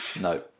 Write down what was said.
No